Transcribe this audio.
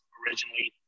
originally